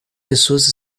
pessoas